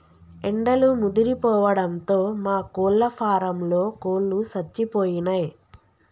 ఎండలు ముదిరిపోవడంతో మా కోళ్ళ ఫారంలో కోళ్ళు సచ్చిపోయినయ్